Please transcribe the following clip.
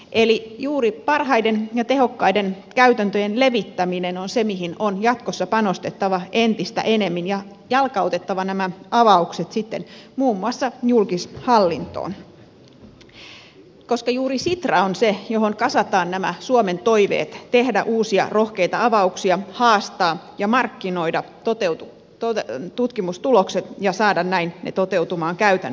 eli juuri parhaiden ja tehokkaiden käytäntöjen levittäminen on se mihin on jatkossa panostettava entistä enemmän ja jalkautettava nämä avaukset sitten muun muassa julkishallintoon koska juuri sitra on se johon kasataan nämä suomen toiveet tehdä uusia rohkeita avauksia haastaa ja markkinoida tutkimustulokset ja saada näin ne toteutumaan käytännössä